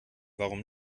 warum